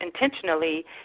intentionally